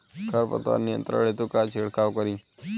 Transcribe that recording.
खर पतवार नियंत्रण हेतु का छिड़काव करी?